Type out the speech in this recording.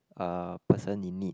a person in need